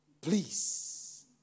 Please